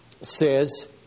says